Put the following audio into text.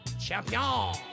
Champion